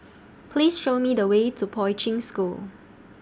Please Show Me The Way to Poi Ching School